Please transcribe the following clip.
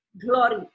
glory